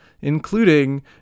including